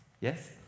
Yes